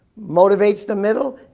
motivates the middle,